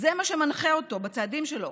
זה מה שמנחה אותו בצעדים שלו.